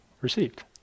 received